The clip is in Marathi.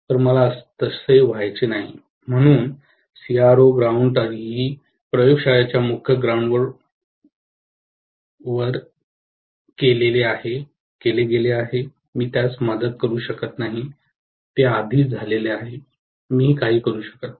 तर मला तसे व्हायचे नाही म्हणूनच सीआरओ ग्राउंड तरीही प्रयोगशाळेच्या मुख्य ग्राउंड वर गोळा केले गेले आहे मी त्यास मदत करू शकत नाही ते आधीच झाले आहे मी काहीही करू शकत नाही